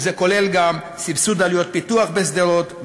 וזה כולל גם סבסוד עלויות פיתוח בשדרות,